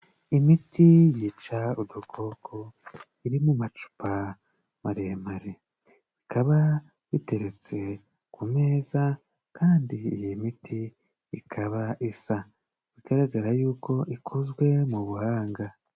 Imiti yica udukoko iri mu macupa maremare. Ikaba iteretse ku meza kandi iyi miti ikaba isa. Bigaragara yuko ikozwe mu buhanga.